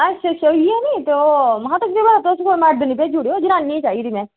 अच्छा अच्छा उ'ऐ निं ते ओह् महां तुं'दे कोल किश कोई मर्द निं भेजी ओड़ेओ जनान्नी ई चाहिदी में